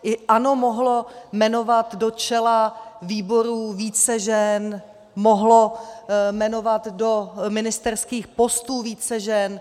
I ANO mohlo jmenovat do čela výborů více žen, mohlo jmenovat do ministerských postů více žen.